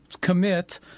commit